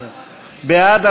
בעד,